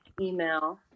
email